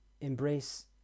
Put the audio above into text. embrace